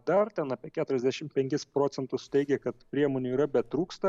dar ten apie keturiasdešimt penkis procentus teigė kad priemonių yra bet trūksta